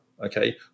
okay